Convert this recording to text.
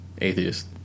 atheist